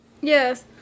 Yes